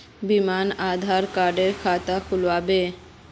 बिना आधार कार्डेर खाता खुल बे?